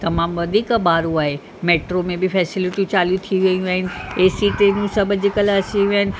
तमामु वधीक भाड़ो आहे मेट्रो में बि फेसिलिटियूं चालू थी वयी आहिनि ए सी ते बि सभु अॼुकल्ह अची विया आहिनि